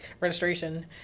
registration